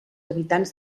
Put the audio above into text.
habitants